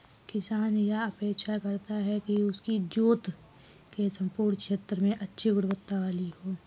किसान यह अपेक्षा करता है कि उसकी जोत के सम्पूर्ण क्षेत्र में अच्छी गुणवत्ता वाली हो